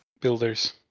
builders